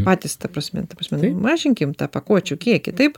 patys ta prasme ta prasme mažinkim tą pakuočių kiekį taip